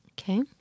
Okay